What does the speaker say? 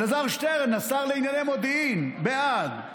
אלעזר שטרן, השר לענייני מודיעין, בעד,